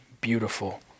beautiful